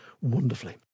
wonderfully